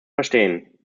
verstehen